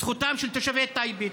זכותם של תושבי טייבה,